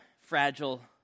fragile